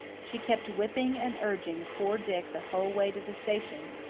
she kept whipping and urging poor dick the whole way to the station,